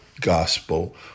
gospel